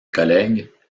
collègues